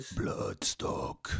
bloodstock